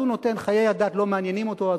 חיי הדת לא מעניינים אותו,